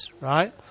right